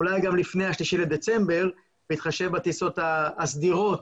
אולי גם לפני השלושה בדצמבר בהתחשב בטיסות הסדירות